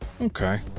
Okay